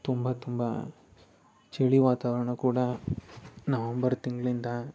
ತುಂಬ ತುಂಬ ಚಳಿ ವಾತಾವರಣ ಕೂಡ ನವಂಬರ್ ತಿಂಗಳಿಂದ